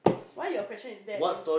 why your question is there again